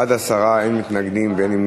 בעד, 10, אין מתנגדים ואין נמנעים.